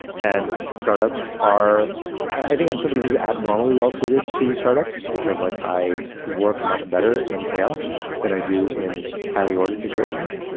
and startups are i think i'm somebody who's abnormally well suited to startups just because like i work much better in chaos than i do in highly-ordered situations.